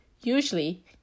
Usually